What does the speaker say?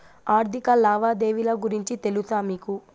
ఆర్థిక లావాదేవీల గురించి తెలుసా మీకు